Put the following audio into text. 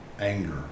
anger